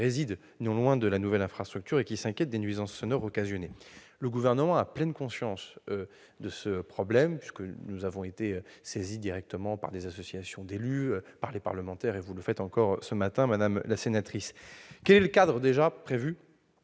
riverains de la nouvelle infrastructure, qui s'inquiètent des nuisances sonores occasionnées. Le Gouvernement a pleinement conscience de ce problème. Nous avons été saisis directement par des associations d'élus et des parlementaires ; vous le faites encore ce matin, madame la sénatrice. Quel est le cadre prévu